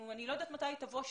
אני לא יודעת מתי היא תבוא שוב.